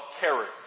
character